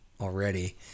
already